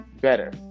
better